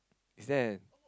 is there